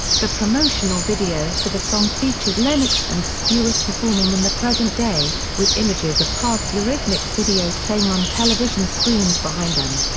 the promotional video for the song features lennox and stewart performing in the present day, with images of past eurythmics videos playing on television screens behind them.